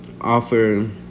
offer